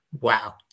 Wow